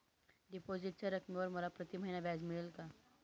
डिपॉझिटच्या रकमेवर मला प्रतिमहिना व्याज मिळेल का?